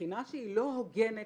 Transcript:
בחינה שהיא לא הוגנת,